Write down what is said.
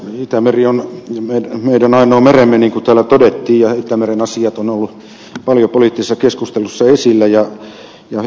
itämeri on meidän ainoa meremme niin kuin täällä todettiin ja itämeren asiat ovat olleet paljon poliittisessa keskustelussa esillä ja hyvä niin